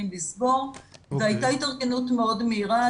לסגור והייתה התארגנות מאוד מהירה.